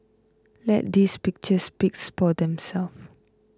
let these pictures speaks for themselves